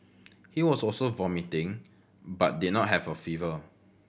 he was also vomiting but did not have a fever